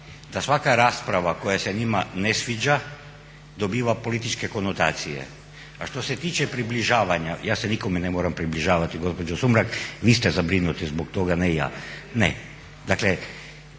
da svaka rasprava koja se njima ne sviđa dobiva političke konotacije. A što se tiče približavanja ja se nikome ne moram približavati gospođo Sumrak, vi ste zabrinuti zbog toga ne ja.